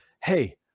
hey